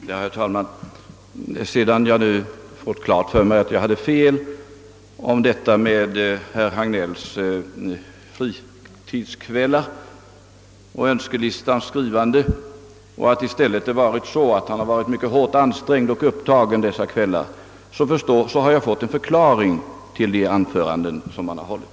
Herr talman! Sedan jag nu fått klart för mig att jag hade fel i fråga om herr Hagnells fritidskvällar och önskelistans skrivande och att det i stället varit så att han varit mycket hårt ansträngd och upptagen dessa kvällar, så har jag fått en förklaring till de anföranden som han har hållit.